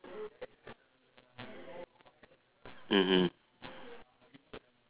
mmhmm